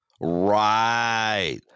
Right